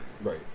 Right